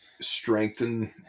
strengthen